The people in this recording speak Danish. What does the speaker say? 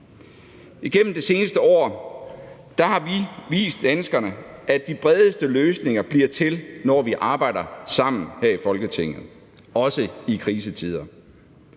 Igennem det seneste år har vi vist danskerne, at de bredeste løsninger bliver til, når vi arbejder sammen her i Folketinget, også i krisetider.